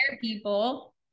people